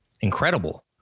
incredible